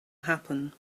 happen